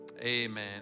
amen